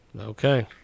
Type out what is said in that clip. Okay